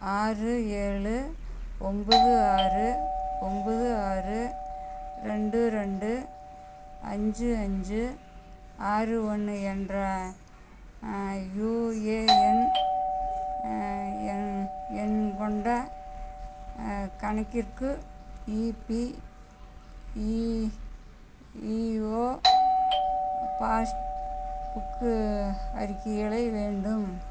ஆறு ஏழு ஒம்போது ஆறு ஒம்போது ஆறு ரெண்டு ரெண்டு அஞ்சு அஞ்சு ஆறு ஒன்று என்ற யுஏஎன் எண் எண் கொண்ட கணக்கிற்கு இபிஇஇஓ பாஸ்புக்கு அறிக்கைகள் வேண்டும்